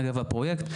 אגב הפרויקט,